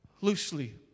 loosely